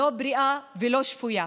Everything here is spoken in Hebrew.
לא בריאה ולא שפויה.